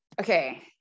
okay